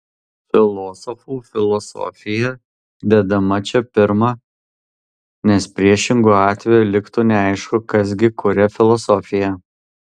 filosofų filosofija dedama čia pirma nes priešingu atveju liktų neaišku kas gi kuria filosofiją